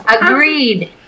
Agreed